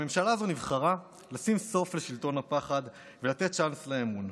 הממשלה הזו נבחרה לשים סוף לשלטון הפחד ולתת צ'אנס לאמון,